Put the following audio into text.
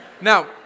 Now